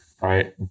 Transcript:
right